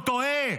הוא טועה.